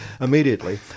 immediately